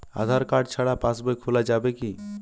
আধার card ছাড়া পাশবই খোলা যাবে কি?